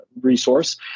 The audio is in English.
resource